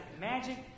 magic